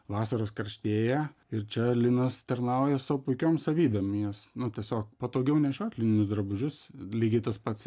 vasaros karštėja ir čia linas tarnauja savo puikiom savybės jis na tiesiog patogiau nešioti lininius drabužius lygiai tas pats